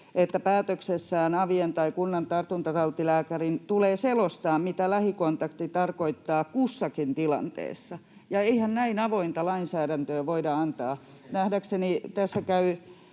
että päätöksessään avin tai kunnan tartuntatautilääkärin tulee selostaa, mitä lähikontakti tarkoittaa kussakin tilanteessa, ja eihän näin avointa lainsäädäntöä voida antaa.